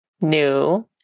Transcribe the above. new